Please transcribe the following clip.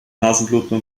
nasenbluten